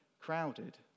crowded